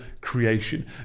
creation